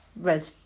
red